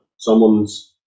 Someone's